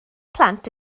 plant